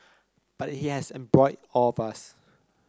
but it has embroiled all of us